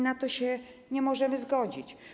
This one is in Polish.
Na to się nie możemy zgodzić.